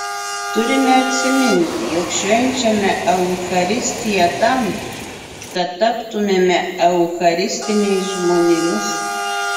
turime atsiminti jog švenčiame eucharistiją tam kad taptumėme eucharistiniais žmonėmis